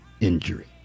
injury